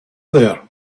there